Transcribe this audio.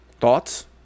Thoughts